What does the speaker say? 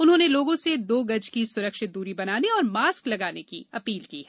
उन्होंने लोगों से दो गज की स्रक्षित दूरी बनाने और मास्क लगाने की अपील की है